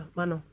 Mano